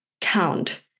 count